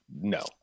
no